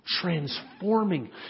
Transforming